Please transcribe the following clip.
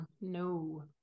no